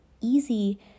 easy